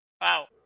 Wow